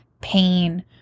pain